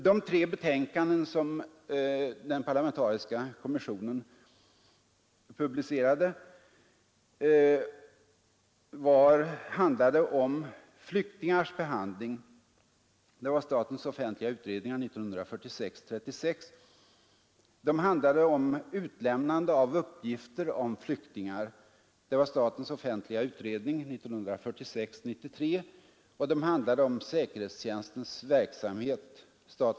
De tre betänkanden, som den parlamentariska kommissionen publicerade, handlade om flyktingars behandling , om utlämnande av uppgifter om flyktingar och om säkerhetstjänstens verksamhet .